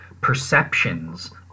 perceptions